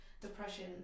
depression